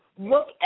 look